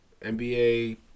NBA